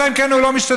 אלא אם כן הוא לא משתתף.